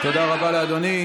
תודה רבה לאדוני.